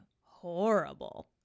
horrible